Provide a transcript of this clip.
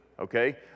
Okay